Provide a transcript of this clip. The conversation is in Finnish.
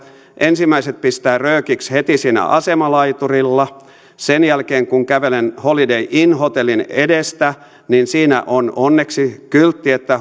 ensimmäiset pistävät röökiksi heti siinä asemalaiturilla sen jälkeen kävelen holiday inn hotellin edestä ja siinä on onneksi kyltti että